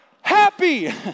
happy